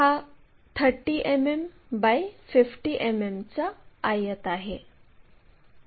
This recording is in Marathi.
हा 30 मिमी बाय 50 मिमी चा आयत आहे